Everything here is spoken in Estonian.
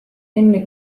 enne